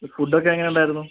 food ഒക്കെ എങ്ങനെ ഉണ്ടായിരുന്നു